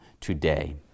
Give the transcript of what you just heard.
today